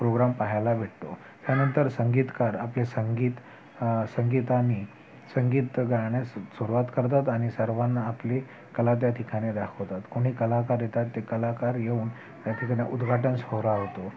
programme पाहायला भेटतो त्यानंतर संगीतकार आपले संगीत संगीताने संगीत गाण्यास सुरूवात करतात आणि सर्वांना आपली कला त्याठिकाणी दाखवतात कोणी कलाकार येतात ते कलाकार येऊन त्यांच्याजने उद्घाटन सोहळा होतो